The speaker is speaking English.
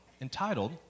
entitled